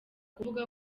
kuvuga